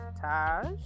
Taj